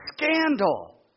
scandal